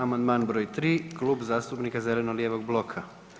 Amandman br. 3, Klub zastupnika zeleno-lijevog bloka.